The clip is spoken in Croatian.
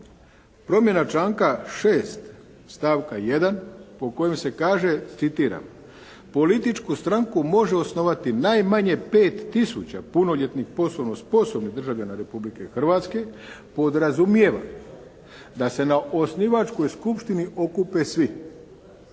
promjena članka 6. stavka 1. po kojem se kaže, citiram: "političku stranku može osnovati najmanje 5 tisuća punoljetnih poslovno sposobnih državljana Republike Hrvatske podrazumijeva da se na osnivačkoj skupštini okupe svi,